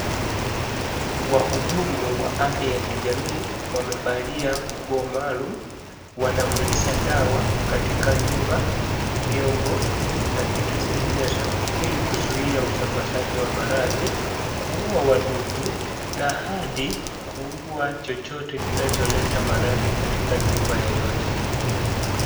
Wahudumu wa afya ya kijamii wamevalia nguo maalum wanapuliza dawa katika nyumba, vyombo na vitu zinginevyo ili kuzuia usambazaji wa maradhi kuua wadudu na hadi kuua chochote kinacholeta maradhi katika nyumba yeyote.